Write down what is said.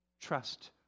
Trust